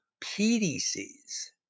pdc's